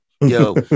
Yo